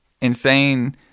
insane